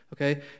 okay